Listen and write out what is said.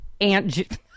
Aunt